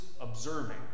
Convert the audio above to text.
observing